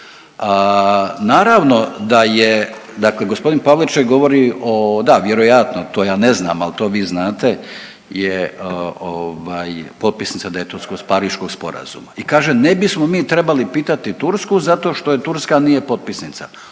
naravno da je, dakle gospodin Pavliček govori o, da vjerojatno to ja ne znam, ali to vi znate je potpisnica Daytnsko-pariškog sporazuma i kaže ne bismo mi trebali pitati Tursku zato što je Turska nije potpisnica.